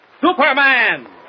Superman